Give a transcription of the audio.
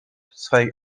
swej